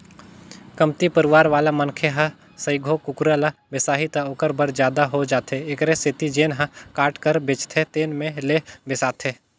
कमती परवार वाला मनखे ह सइघो कुकरा ल बिसाही त ओखर बर जादा हो जाथे एखरे सेती जेन ह काट कर बेचथे तेन में ले बिसाथे